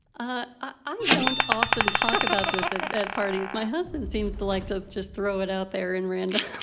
ah ah i don't often talk about this and at parties. my husband seems to like to just throw it out there in random